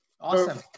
Awesome